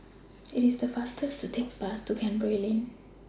IT IS faster to Take The Bus to Canberra Lane